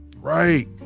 Right